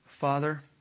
Father